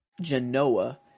Genoa